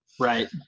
Right